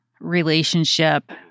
relationship